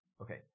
Okay